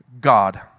God